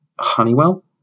Honeywell